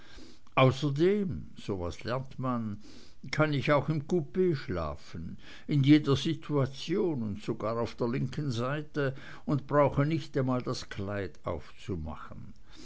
außerdem so was lernt man kann ich auch im coup schlafen in jeder situation und sogar auf der linken seite und brauche nicht einmal das kleid aufzumachen